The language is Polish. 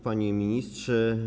Panie Ministrze!